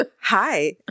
Hi